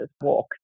walk